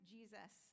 Jesus